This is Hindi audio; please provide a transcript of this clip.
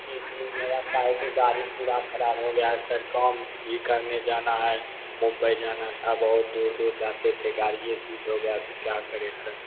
जी जी मेरा क्या है कि गाड़ी पूरी ख़राब हो गई है सर काम भी करने जाना है मुंबई जाना था बहुत दूर दूर जाते थे गाड़ी यह सीज हो गई तो क्या करें सर